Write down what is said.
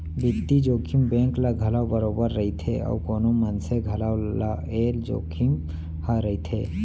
बित्तीय जोखिम बेंक ल घलौ बरोबर रइथे अउ कोनो मनसे घलौ ल ए जोखिम ह रइथे